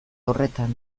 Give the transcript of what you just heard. horretan